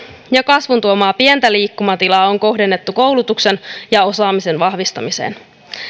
ja kasvun tuomaa pientä liikkumatilaa on kohdennettu koulutuksen ja osaamisen vahvistamiseen